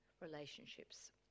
relationships